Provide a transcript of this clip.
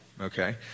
Okay